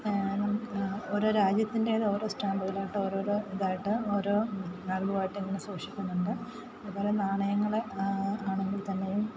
ഓരോ രാജ്യത്തിൻ്റെത് ഓരോ സ്റ്റാമ്പുകളായിട്ട് ഓരോ ഓരോ ഇതായിട്ട് ഓരോ ആൽബമായിട്ട് ഇങ്ങനെ സൂക്ഷിക്കുന്നുണ്ട് അതുപോലെ നാണയങ്ങളെ ആണെങ്കിൽ തന്നെയും